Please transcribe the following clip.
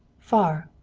far!